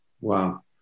Wow